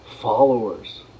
followers